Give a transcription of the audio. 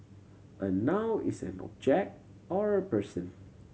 a noun is an object or a person